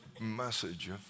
message